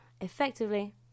effectively